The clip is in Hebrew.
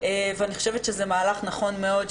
ואני חושבת שזה מהלך נכון מאוד,